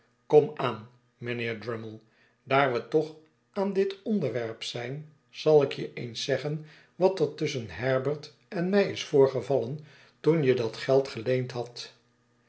kom aan mijnheer drummle daar we toch aan dit onderwerp zijn zal ik je eens zeggen wat er tusschen herbert en mij is voorgevallen toen je dat geld geleend hadt